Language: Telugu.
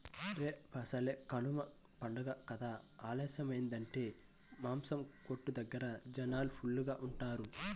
రేపసలే కనమ పండగ కదా ఆలస్యమయ్యిందంటే మాసం కొట్టు దగ్గర జనాలు ఫుల్లుగా ఉంటారు